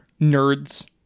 nerds